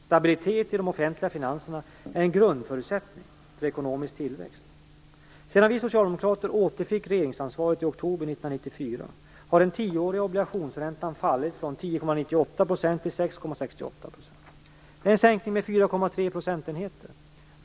Stabilitet i de offentliga finanserna är en grundförutsättning för ekonomisk tillväxt. Sedan vi socialdemokrater återfick regeringsansvaret i oktober 1994 har den tioåriga obligationsräntan fallit från 10,98 % till 6,68 %. Det är en sänkning med 4,3 procentenheter.